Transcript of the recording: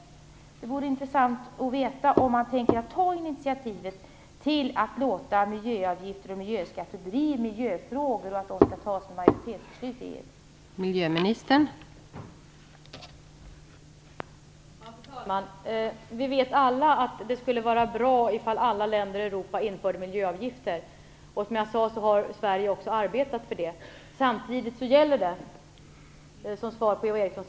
Det skulle vara intressant att få veta om man tänker ta initiativ till att miljöavgifter och miljöskatter får bli miljöfrågor där det skall fattas majoritetsbeslut i EU.